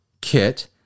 kit